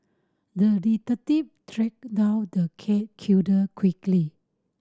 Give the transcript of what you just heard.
the detective tracked down the cat killer quickly